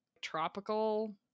tropical